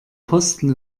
posten